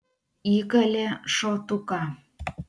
įkalė šotuką